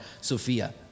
Sophia